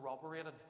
corroborated